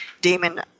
Damon